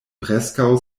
preskaŭ